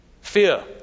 Fear